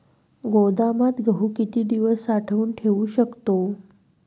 गोदामात गहू किती दिवस साठवून ठेवू शकतो?